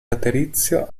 laterizio